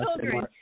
children